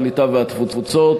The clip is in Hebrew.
הקליטה והתפוצות,